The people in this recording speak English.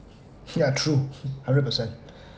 ya true hundred percent